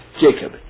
Jacob